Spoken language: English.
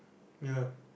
mirror